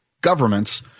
governments